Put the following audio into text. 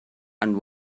and